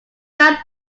man